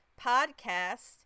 podcast